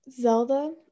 Zelda